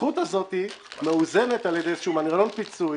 הזכות הזו מאוזנת על ידי איזה מנגנון פיצוי